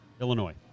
Illinois